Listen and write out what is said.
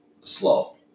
slow